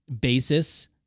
basis